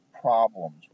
problems